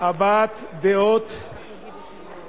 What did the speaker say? מחלוקת של דעות שונות